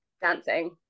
Dancing